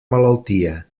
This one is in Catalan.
malaltia